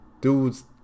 Dudes